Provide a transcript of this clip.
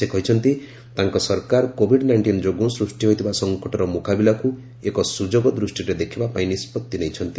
ସେ କହିଛନ୍ତି ତାଙ୍କ ସରକାର କୋଭିଡ୍ ନାଇଷ୍ଟିନ୍ ଯୋଗୁଁ ସୃଷ୍ଟି ହୋଇଥିବା ସଂକଟର ମୁକାବିଲାକୁ ଏକ ସୁଯୋଗ ଦୃଷ୍ଟିରେ ଦେଖିବା ପାଇଁ ନିଷ୍କଉତ୍ତି ନେଇଛନ୍ତି